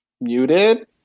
Muted